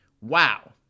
Wow